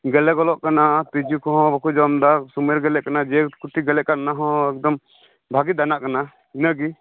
ᱜᱮᱞᱮ ᱜᱚᱫᱚᱜ ᱠᱟᱱᱟ ᱛᱤᱡᱩ ᱠᱚᱦᱚᱸ ᱵᱟᱠᱚ ᱡᱚᱢ ᱮᱫᱟ ᱥᱚᱢᱚᱭ ᱨᱮ ᱜᱮᱞᱮᱜ ᱠᱟᱱᱟ ᱡᱮ ᱠᱚᱴᱤ ᱜᱮᱞᱮᱜ ᱠᱟᱱ ᱚᱱᱟ ᱦᱚᱸ ᱮᱠᱫᱚᱢ ᱵᱷᱟᱜᱤ ᱫᱟᱱᱟᱜ ᱠᱟᱱᱟ ᱤᱱᱟᱹᱜᱮ